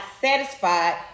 satisfied